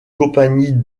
compagnie